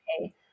okay